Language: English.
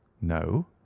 No